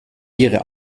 ihre